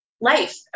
life